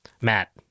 Matt